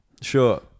sure